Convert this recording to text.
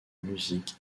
musique